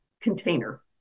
container